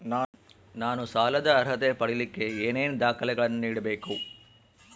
ನಾನು ಸಾಲದ ಅರ್ಹತೆ ಪಡಿಲಿಕ್ಕೆ ಏನೇನು ದಾಖಲೆಗಳನ್ನ ನೇಡಬೇಕು?